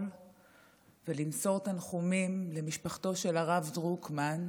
ולמסור תנחומים למשפחתו של הרב דרוקמן,